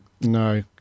No